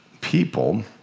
people